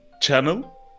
channel